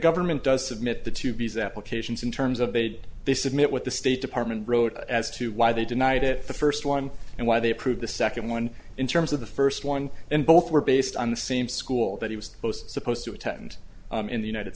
government does submit the two b s applications in terms of they did they submit what the state department wrote as to why they denied it the first one and why they approved the second one in terms of the first one and both were based on the same school that he was most supposed to attend in the united